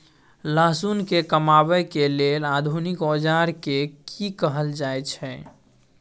लहसुन के कमाबै के लेल आधुनिक औजार के कि कहल जाय छै?